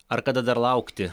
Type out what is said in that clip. ar kada dar laukti